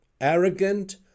arrogant